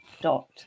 dot